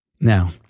Now